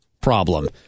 problem